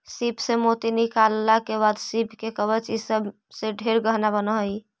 सीप से मोती निकालला के बाद सीप के कवच ई सब से ढेर गहना बन हई